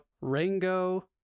rango